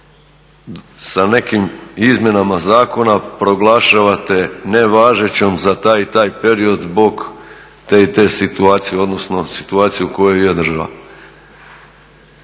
sa nekim izmjenama zakona proglašavate nevažećom za taj i taj period zbog te i te situacije, odnosno situacije u kojoj i je država.